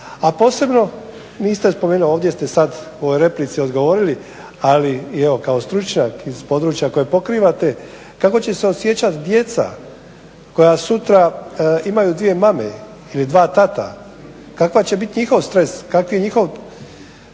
A posebno niste spomenuli, ovdje ste sad u replici odgovorili ali evo kao stručnjak iz područja koje pokrivate, kako će se osjećat djeca koja sutra imaju dvije mame ili dva tate, kakva će biti njihov stres, kakvo njihovo